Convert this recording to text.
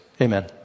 Amen